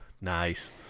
Nice